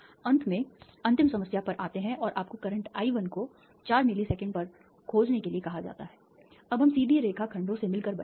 अंत में अंतिम समस्या पर आते हैं और आपको करंट I 1 को s चार मिली सेकंड पर खोजने के लिए कहा जाता है अब हम सीधी रेखा खंडों से मिलकर बने थे